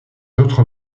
autres